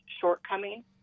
shortcoming